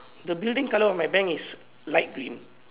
the building colour of my bank is light green